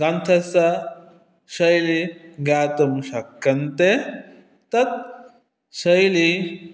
ग्रन्थस्य शैलीं ज्ञातुं शक्यन्ते तत् शैली